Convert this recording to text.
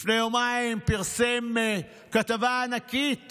לפני יומיים פרסם כתבה ענקית